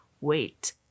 wait